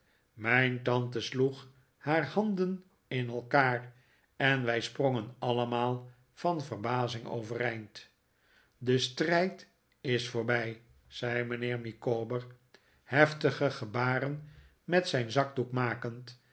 mijn tante sloeg haar handen in elkaar en wij sprongen allemaal van verbazing overeind de strijd is voorbij zei mijnheer micawber heftige gebaren met zijn zakdoek makend